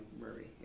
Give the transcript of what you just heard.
Murray